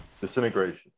Disintegration